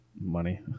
money